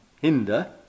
hinder